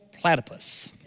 platypus